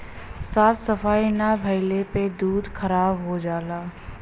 साफ सफाई ना भइले पे दूध खराब हो जाला